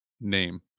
name